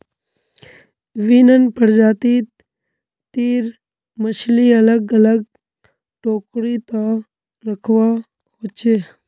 विभिन्न प्रजाति तीर मछली अलग अलग टोकरी त रखवा हो छे